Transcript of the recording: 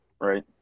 right